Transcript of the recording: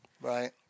right